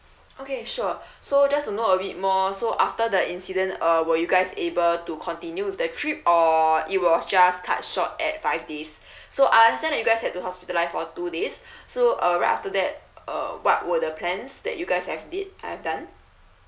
okay sure so just to know a bit more so after the incident uh will you guys able to continue with that trip or it was just cut short at five days so I understand that you guys had to hospitalise for two days so uh right after that uh what were the plans that you guys have did uh have done